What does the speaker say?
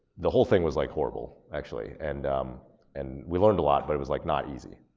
the whole thing was like horrible, actually and and we learned a lot but it was like not easy.